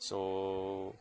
so